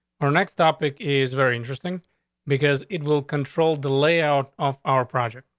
our next topic is very interesting because it will control the layout off our project.